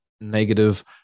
negative